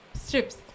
strips